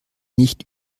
nicht